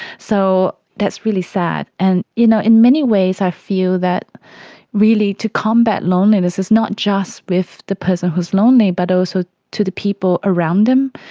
so that's really sad. and you know in many ways i feel that really to combat loneliness is not just with the person who's lonely but also to the people around them,